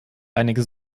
einige